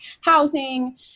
housing